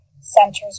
centers